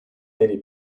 many